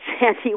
Sandy